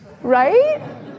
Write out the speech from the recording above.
Right